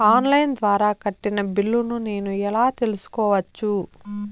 On line ద్వారా కట్టిన బిల్లును నేను ఎలా తెలుసుకోవచ్చు?